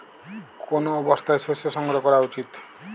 কোন অবস্থায় শস্য সংগ্রহ করা উচিৎ?